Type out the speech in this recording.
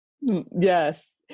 yes